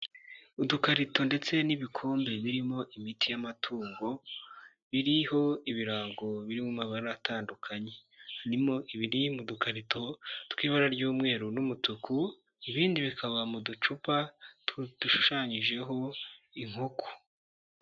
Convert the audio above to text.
Udukarito ndetse n'ibikombe birimo imiti y'amatungo, biriho ibirango biri mu mabara atandukanye, harimo ibiri mu dukarito tw'ibara ry'umweru n'umutuku ibindi bikaba mu ducupa dushushanyijeho inkoko.